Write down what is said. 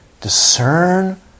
discern